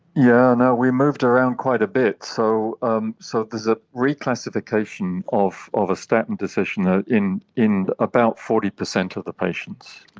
yeah you know we moved around quite a bit, so there um so is a reclassification of of a statin decision ah in in about forty percent of the patients.